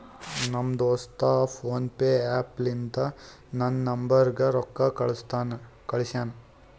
ನಮ್ ದೋಸ್ತ PhonePe app ಲಿಂತಾ ನನ್ ನಂಬರ್ಗ ರೊಕ್ಕಾ ಕಳ್ಸ್ಯಾನ್